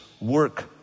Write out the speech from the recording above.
work